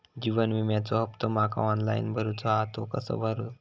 जीवन विम्याचो हफ्तो माका ऑनलाइन भरूचो हा तो कसो भरू?